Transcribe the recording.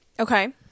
Okay